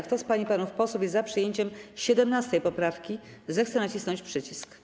Kto z pań i panów posłów jest za przyjęciem 17. poprawki, zechce nacisnąć przycisk.